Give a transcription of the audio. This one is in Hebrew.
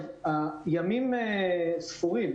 הימים ספורים.